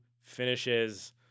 finishes